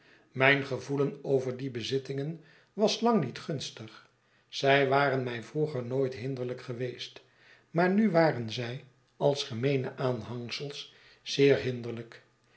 myn gevoelen over die bezittingen was lang niet gunstig zij waren mij vroeger nooit hinderlijk geweest maar nu waren zij als gemeene aanhangsels zeer hinderlijk